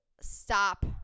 stop